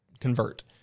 convert